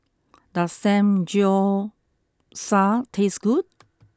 does Samgyeopsal taste good